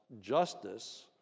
justice